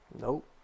Nope